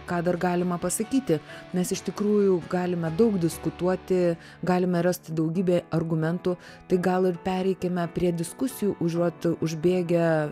ką dar galima pasakyti mes iš tikrųjų galime daug diskutuoti galime rasti daugybę argumentų tai gal ir pereikime prie diskusijų užuot užbėgę